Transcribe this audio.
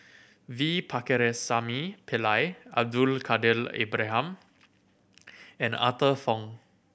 V Pakirisamy Pillai Abdul Kadir Ibrahim and Arthur Fong